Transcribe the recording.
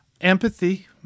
Empathy